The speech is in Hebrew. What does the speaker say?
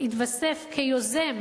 התווסף כיוזם